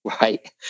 right